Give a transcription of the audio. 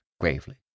gravely